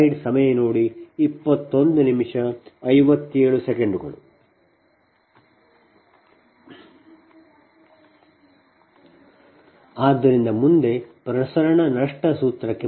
ಆದ್ದರಿಂದ ಮುಂದೆ ಪ್ರಸರಣ ನಷ್ಟ ಸೂತ್ರಕ್ಕೆ ಬನ್ನಿ